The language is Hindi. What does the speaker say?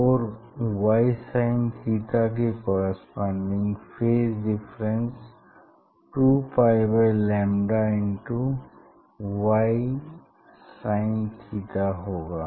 और y sin थीटा के corresponding phase difference two pi by lambda into ysinथीटा होगा